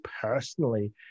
personally